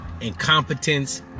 incompetence